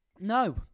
No